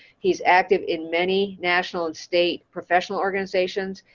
he's active in many national state, professional organizations.